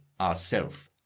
ourself